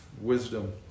wisdom